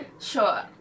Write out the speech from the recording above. Sure